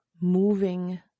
moving